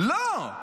לא.